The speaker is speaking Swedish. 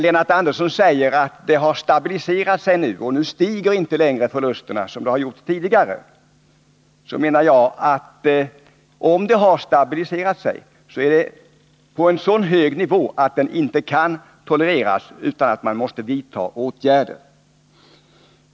Lennart Andersson säger att det nu har stabiliserat sig och att förlusterna inte längre stiger såsom de har gjort tidigare. Men om kostnaderna har stabiliserat sig, så är det ändå på en så hög nivå att det inte kan tolereras, utan man måste vidta åtgärder.